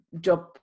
job